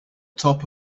top